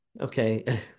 okay